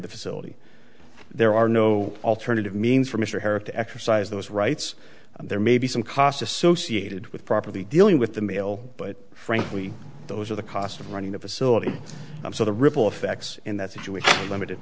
the facility there are no alternative means for mr herrick to exercise those rights there may be some costs associated with property dealing with the mail but frankly those are the costs of running a facility so the ripple effects in that situation limited